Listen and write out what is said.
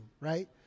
right